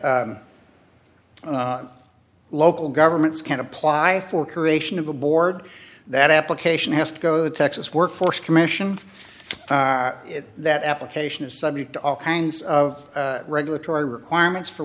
local governments can apply for creation of a board that application has to go to the texas workforce commission that application is subject to all kinds of regulatory requirements for